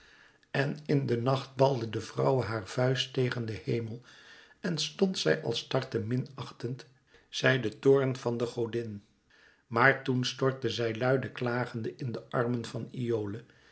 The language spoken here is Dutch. en in de nacht balde de vrouwe haar vuist tegen den hemel en stond zij als tartte minachtend zij den toorn van de godin maar toen stortte zij luide klagende in de armen van iole